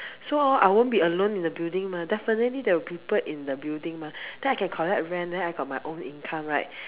so hor I won't be alone in the building mah definitely there will people in the building mah then I can collect rent then I got my own income right